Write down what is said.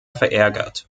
verärgert